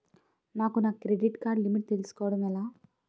నాకు నా credit card limit తెలుసుకోవడం ఎలా?